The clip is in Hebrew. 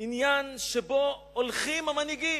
עניין שבו הולכים המנהיגים: